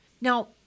Now